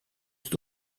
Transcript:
het